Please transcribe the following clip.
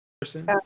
person